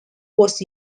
was